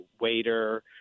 Waiter